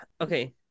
okay